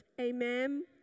Amen